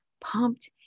pumped